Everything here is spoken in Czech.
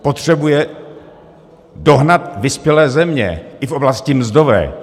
Potřebuje dohnat vyspělé země i v oblasti mzdové.